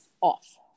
off